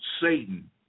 Satan